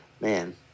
Man